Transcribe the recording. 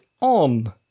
on